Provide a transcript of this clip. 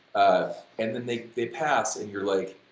ah and then they they pass and you are like,